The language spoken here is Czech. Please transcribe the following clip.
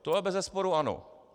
To bezesporu ano.